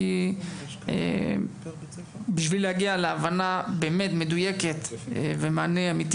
כי בשביל להגיע להבנה באמת מדויקת ומענה אמיתי